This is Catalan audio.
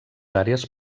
àrees